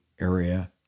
area